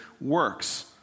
works